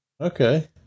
Okay